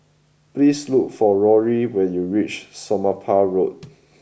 please look for Rory when you reach Somapah Road